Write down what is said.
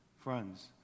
friends